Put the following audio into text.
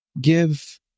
give